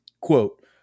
Quote